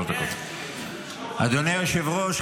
אדוני היושב-ראש,